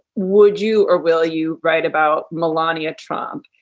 would you or will you write about melania trump?